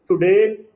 today